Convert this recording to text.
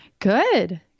Good